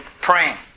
praying